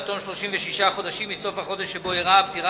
עד תום 36 חודשים מסוף החודש שבו אירעה הפטירה,